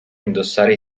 indossare